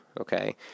Okay